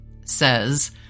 says